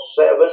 seven